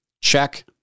check